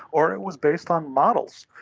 or it was based on models.